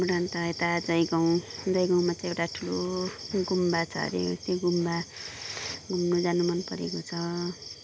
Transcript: त्यहाँबाट अन्त यता जयगाउँ जयगाउँको चाहिँ एउटा ठुलो गुम्बा छ हरे त्यो गुम्बा घुम्नु जानु मन परेको छ